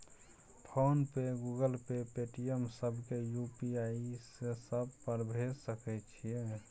Phone पे, Google Pay, Paytm, सब के UPI से सब पर भेज सके छीयै?